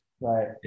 right